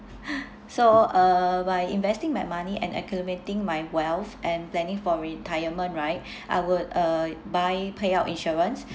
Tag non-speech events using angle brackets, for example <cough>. <breath> so uh by investing my money and accumulating my wealth and planning for retirement right I would uh buy payout insurance